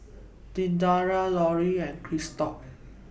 Dedra Loria and Christop